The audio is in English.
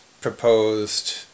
proposed